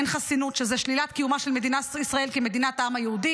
אין חסינות: שלילת קיומה של מדינת ישראל כמדינת העם היהודי